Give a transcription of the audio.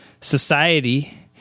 society